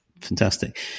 Fantastic